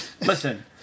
Listen